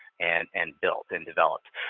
and and built and developed.